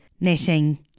knitting